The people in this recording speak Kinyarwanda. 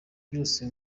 byose